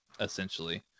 essentially